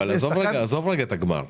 עזוב רגע את הגמר.